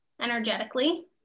energetically